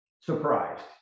Surprised